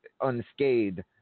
unscathed